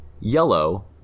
yellow